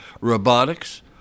Robotics